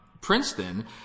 Princeton